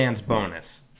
bonus